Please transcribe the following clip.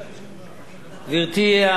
גברתי היושבת-ראש,